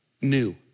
new